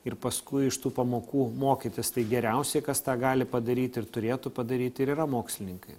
ir paskui iš tų pamokų mokytis tai geriausia kas tą gali padaryti ir turėtų padaryti ir yra mokslininkai